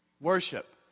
Worship